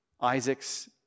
Isaac's